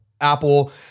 Apple